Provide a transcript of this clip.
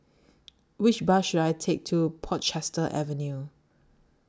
Which Bus should I Take to Portchester Avenue